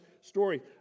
story